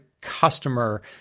customer